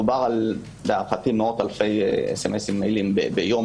מדובר על מאות אלפי סמ"סים ביום.